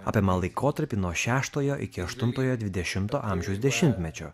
apima laikotarpį nuo šeštojo iki aštuntojo dvidešimto amžiaus dešimtmečio